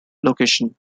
location